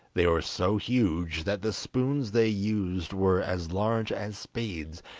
they were so huge that the spoons they used were as large as spades,